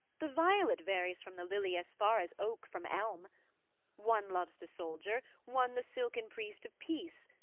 the violet varies from the lily as far as oak from elm one loves the soldier, one the silken priest of peace,